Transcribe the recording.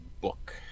book